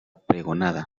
pregonada